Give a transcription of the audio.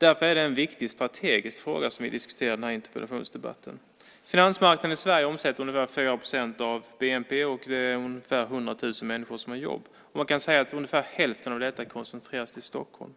Därför är det en viktig strategisk fråga som vi diskuterar i den här interpellationsdebatten. Finansmarknaden i Sverige omsätter ungefär 4 % av bnp, och ungefär 100 000 människor har jobb där. Man kan säga att ungefär hälften av detta koncentreras till Stockholm.